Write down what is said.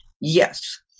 yes